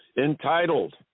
Entitled